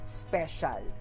special